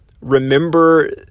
remember